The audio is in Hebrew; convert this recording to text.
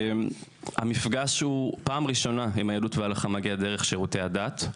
המפגש בפעם הראשונה מגיע דרך שירותי הדת,